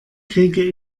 kriege